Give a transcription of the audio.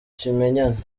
kimenyane